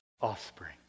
offspring